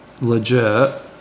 legit